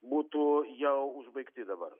būtų jau užbaigti dabar